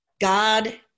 God